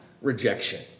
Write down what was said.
rejection